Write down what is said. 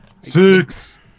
Six